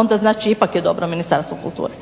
onda ipak je dobro Ministarstvo kulture